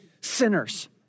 sinners